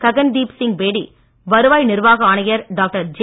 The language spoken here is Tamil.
ககன் தீப் சிங் பேடி வருவாய் நிர்வாக ஆணையர் டாக்டர் ஜே